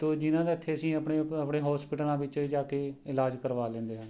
ਤੋਂ ਜਿਹਨਾਂ ਦਾ ਇੱਥੇ ਅਸੀਂ ਆਪਣੇ ਆਪਣੇ ਹੋਸਪੀਟਲਾਂ ਵਿੱਚ ਜਾ ਕੇ ਇਲਾਜ ਕਰਵਾ ਲੈਂਦੇ ਹਨ